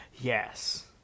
Yes